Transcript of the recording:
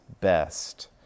best